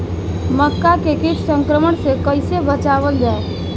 मक्का के कीट संक्रमण से कइसे बचावल जा?